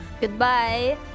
Goodbye